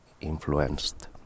influenced